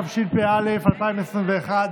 התשפ"א 2021,